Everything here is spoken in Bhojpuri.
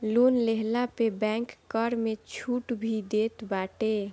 लोन लेहला पे बैंक कर में छुट भी देत बाटे